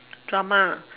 drama